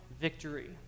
victory